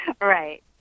Right